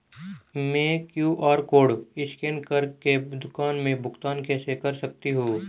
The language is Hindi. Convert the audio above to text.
मैं क्यू.आर कॉड स्कैन कर के दुकान में भुगतान कैसे कर सकती हूँ?